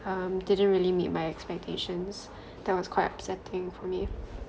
um didn't really meet my expectations that was quite upsetting for me